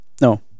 No